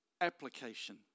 application